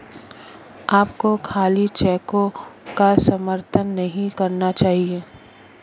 आपको खाली चेकों का समर्थन नहीं करना चाहिए